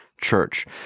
church